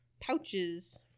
pouches